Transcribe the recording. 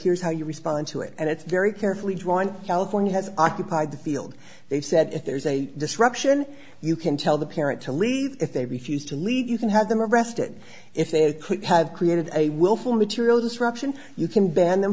here's how you respond to it and it's very carefully drawn california has occupied the field they said if there's a disruption you can tell the parent to leave if they refuse to leave you can have them arrested if they could have created a willful material disruption you can ban them